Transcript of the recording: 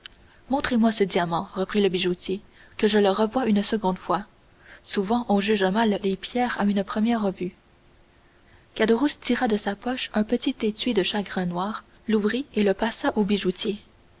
montrez-moi ce diamant reprit le bijoutier que je le revoie une seconde fois souvent on juge mal les pierres à une première vue caderousse tira de sa poche un petit étui de chagrin noir l'ouvrit et le passa au bijoutier